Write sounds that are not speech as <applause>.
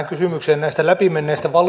<unintelligible> kysymykseen näistä läpimenneistä